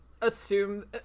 assume